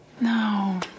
No